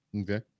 Okay